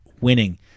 winning